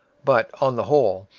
but, on the whole,